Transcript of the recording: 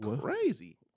crazy